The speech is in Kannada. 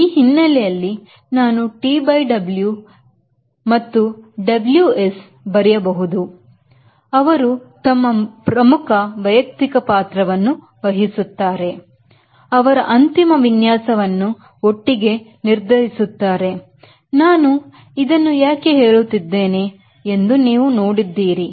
ಈ ಹಿನ್ನೆಲೆಯಲ್ಲಿ ನಾನು TW ಮತ್ತು W S ಬರೆಯಬಹುದು ಅವರು ತಮ್ಮ ಪ್ರಮುಖ ವಯಕ್ತಿಕ ಪಾತ್ರವನ್ನು ವಹಿಸುತ್ತಾರೆ ಅವರು ಅಂತಿಮ ವಿನ್ಯಾಸವನ್ನು ಒಟ್ಟಿಗೆ ನಿರ್ಧರಿಸುತ್ತಾರೆ ಮತ್ತು ನಾನು ಅದನ್ನು ಏಕೆ ಹೇಳುತ್ತಿದ್ದೇನೆ ಎಂದು ನೀವು ನೋಡುತ್ತೀರಿ